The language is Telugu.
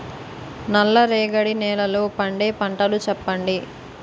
నల్ల రేగడి నెలలో పండే పంటలు చెప్పండి?